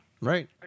Right